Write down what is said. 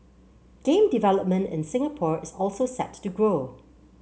game development in Singapore is also set to grow